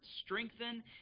strengthen